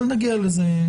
נגיע לזה בהמשך.